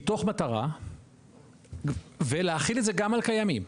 מתוך מטרה ולהחיל את זה גם על קיימים,